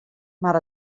mar